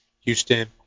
Houston